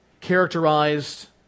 characterized